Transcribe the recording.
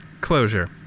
Closure